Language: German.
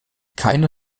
keine